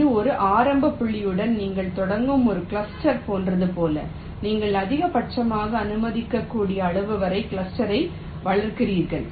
எனவே இது ஒரு ஆரம்ப புள்ளியுடன் நீங்கள் தொடங்கும் ஒரு கிளஸ்டர் போன்றது போல நீங்கள் அதிகபட்சமாக அனுமதிக்கக்கூடிய அளவு வரை கிளஸ்டர்ரை வளர்கிறீர்கள்